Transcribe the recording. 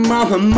Mama